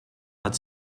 hat